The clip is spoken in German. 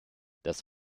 das